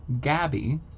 Gabby